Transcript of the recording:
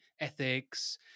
ethics